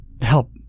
help